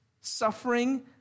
suffering